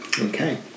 Okay